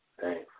Thanks